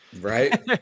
right